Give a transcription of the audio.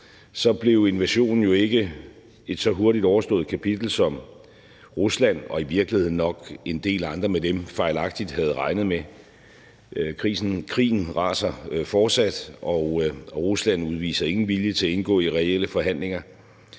så blev invasionen jo ikke et så hurtigt overstået kapitel, som Rusland og i virkeligheden nok en del andre med dem fejlagtig havde regnet med. Krigen raser fortsat, og Rusland udviser ingen vilje til at indgå i reelle forhandlinger.